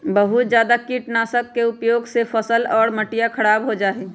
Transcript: बहुत जादा कीटनाशक के उपयोग से फसल और मटिया खराब हो जाहई